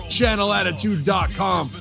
Channelattitude.com